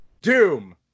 Doom